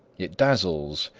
it dazzles,